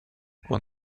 when